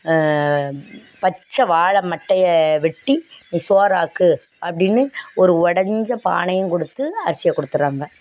பச்சை வாழமட்டைய வெட்டி நீ சோறு ஆக்கு அப்படின்னு ஒரு உடஞ்ச பானையும் கொடுத்து அரிசியை கொடுத்துறாங்க